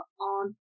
on